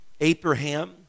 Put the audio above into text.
Abraham